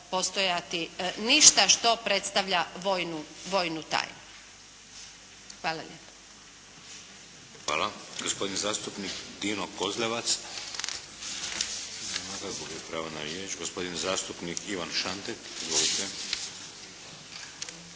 postojati ništa što predstavlja vojnu tajnu. Hvala lijepa. **Šeks, Vladimir (HDZ)** Hvala. Gospodin zastupnik Dino Kozlevac. Nema ga, gubi pravo na riječ. Gospodin zastupnik Ivan Šantek. Izvolite.